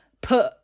put